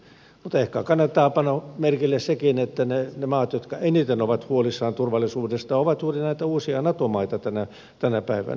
mutta ehkä kannattaa panna merkille sekin että ne maat jotka eniten ovat huolissaan turvallisuudestaan ovat juuri näitä uusia nato maita tänä päivänä